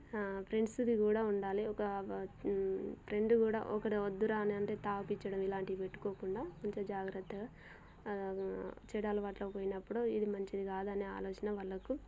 ఫ్రెండ్స్ది కూడా ఉండాలి ఒక ఫ్రెండ్ కూడా ఒకడు ఒద్దురా అని అంటే తాగించడం ఇలాంటివి పెట్టుకోకుండా కొంచెం జాగ్రత్తగా చెడు అలవాట్లకు పోయినప్పుడు ఇది మంచిది కాదు అని ఆలోచన వాళ్ళకు